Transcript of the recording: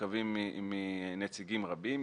שמורכבים מנציגים רבים.